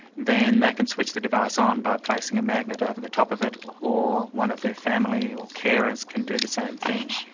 then they can switch the device on by placing a magnet over the top of it, or one of their family or carers can do the same thing.